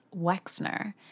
Wexner